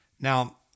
Now